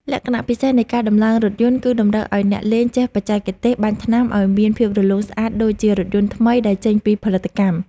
លក្ខណៈពិសេសនៃការដំឡើងរថយន្តគឺតម្រូវឱ្យអ្នកលេងចេះបច្ចេកទេសបាញ់ថ្នាំឱ្យមានភាពរលោងស្អាតដូចជារថយន្តថ្មីដែលចេញពីផលិតកម្ម។